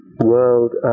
world